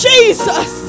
Jesus